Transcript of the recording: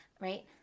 right